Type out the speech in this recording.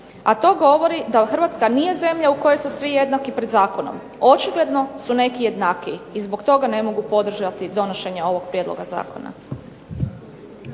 a to govori da Hrvatska nije zemlja u kojoj su svi jednaki pred zakonom. Očigledno su neki jednakiji i zbog toga ne mogu podržati donošenje ovog prijedloga zakona.